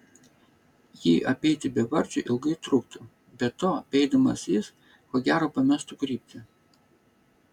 jį apeiti bevardžiui ilgai truktų be to beeidamas jis ko gero pamestų kryptį